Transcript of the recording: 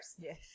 Yes